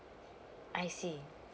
I see